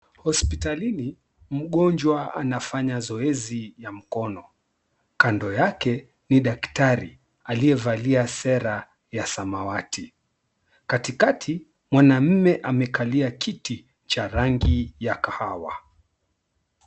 Hospitalini mgonjwa anafanya zoezi ya mkono. Kando yake ni daktari aliyevalia sera ya samawati. Katikati mwanaume amekalia kiti cha rangi ya kahawa.